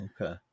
Okay